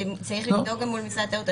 צריך לבדוק גם מול משרד התיירות.